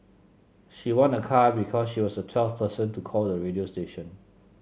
she won a car because she was the twelfth person to call the radio station